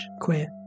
queer